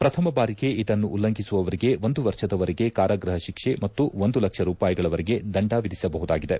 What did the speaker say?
ಪ್ರಥಮ ಬಾರಿಗೆ ಇದನ್ನು ಉಲ್ಲಂಘಿಸುವವರಿಗೆ ಒಂದು ವರ್ಷದವರೆಗೆ ಕಾರಾಗೃಹ ಶಿಕ್ಷೆ ಮತ್ತು ಒಂದು ಲಕ್ಷ ರೂಪಾಯಿಗಳವರೆಗೆ ದಂಡ ವಿಧಿಸಬಹುದಾಗಿದೆ